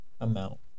amount